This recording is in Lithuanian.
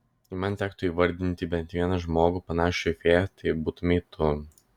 jei man tektų įvardyti bent vieną žmogų panašų į fėją tai būtumei tu